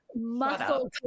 muscle